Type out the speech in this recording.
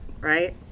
right